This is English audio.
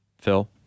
phil